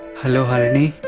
hello. harini